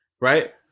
Right